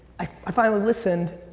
i i finally listened,